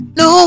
no